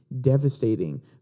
devastating